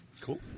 Cool